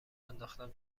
انداختم